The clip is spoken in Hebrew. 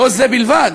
לא זה בלבד,